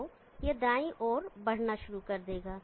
तो यह दाईं ओर बढ़ना शुरू कर देगा